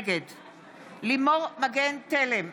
נגד לימור מגן תלם,